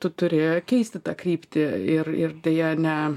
tu turi keisti tą kryptį ir ir deja ne